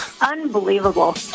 Unbelievable